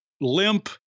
limp